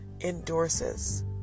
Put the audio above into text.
endorses